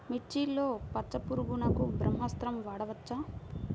మిర్చిలో పచ్చ పురుగునకు బ్రహ్మాస్త్రం వాడవచ్చా?